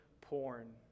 porn